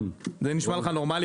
זה נשמע לך נורמלי?